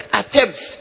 attempts